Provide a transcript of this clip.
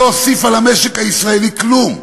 שלא הוסיפה למשק הישראלי כלום,